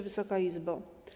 Wysoka Izbo!